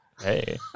Hey